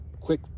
quick